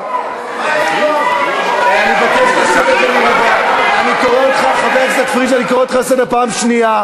אני קורא אותך לסדר פעם שלישית.